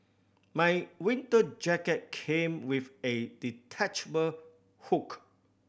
my winter jacket came with a detachable hook